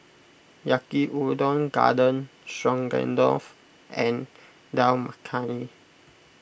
Yaki Udon Garden Stroganoff and Dal Makhani